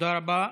תודה רבה.